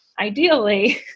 ideally